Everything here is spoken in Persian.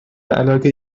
علاقه